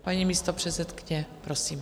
Paní místopředsedkyně, prosím.